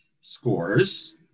scores